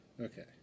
Okay